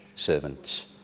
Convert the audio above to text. servants